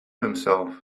himself